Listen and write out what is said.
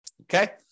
Okay